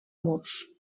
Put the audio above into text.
murs